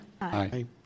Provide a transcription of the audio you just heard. Aye